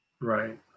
Right